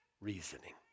reasoning